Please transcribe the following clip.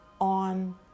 on